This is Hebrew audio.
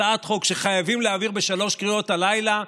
הצעת חוק שחייבים להעביר בשלוש קריאות הלילה,